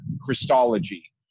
Christology